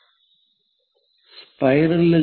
സ്പൈറലുകൾ